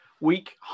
week